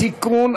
תמיד